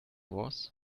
was